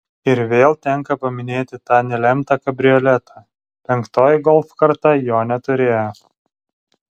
ir vėl tenka paminėti tą nelemtą kabrioletą penktoji golf karta jo neturėjo